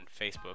Facebook